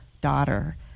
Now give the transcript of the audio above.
daughter